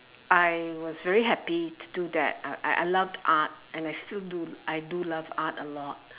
I was very happy to do that I I loved art and I still do I do love art a lot